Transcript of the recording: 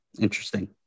interesting